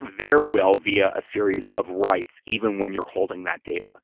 their will via a series of rights even when you're holding that data.